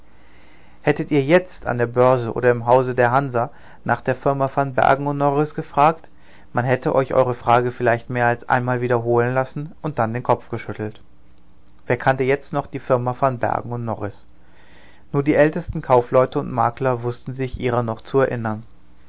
hättet ihr jetzt an der börse oder im hause der hansa nach der firma van bergen und norris gefragt man hätte euch eure frage vielleicht mehr als einmal wiederholen lassen und dann den kopf geschüttelt wer kannte jetzt noch die firma van bergen und norris nur die ältesten kaufleute und makler wußten sich ihrer noch zu erinnern